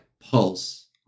pulse